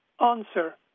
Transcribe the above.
answer